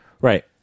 Right